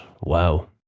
Wow